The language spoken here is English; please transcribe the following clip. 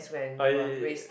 I